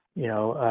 you know,